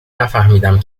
نفهمیدم